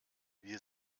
wir